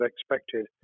expected